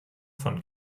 von